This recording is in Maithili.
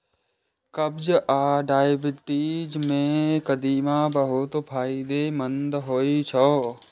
कब्ज आ डायबिटीज मे कदीमा बहुत फायदेमंद होइ छै